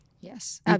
Yes